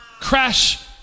crash